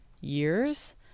years